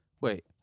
Wait